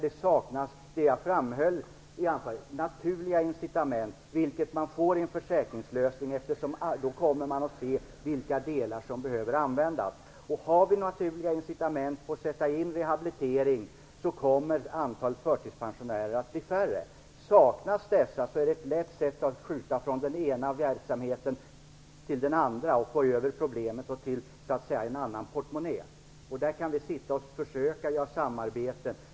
Det saknas, som jag framhöll i mitt anförande, naturliga incitament. Det får man i en försäkringslösning, eftersom man då kommer att se vilka delar som behöver användas. Har vi naturliga incitament att sätta in rehabilitering kommer antalet förtidspensionärer att bli färre. Saknas dessa är det lätt att skjuta kostnaden från ena verksamheten till den andra och få över problemet till en annan portmonnä. Där kan vi sitta och försöka göra samarbeten.